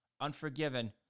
Unforgiven